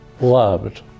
loved